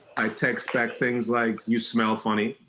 i text back things like you smell funny,